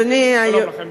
שלום לכם.